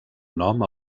nom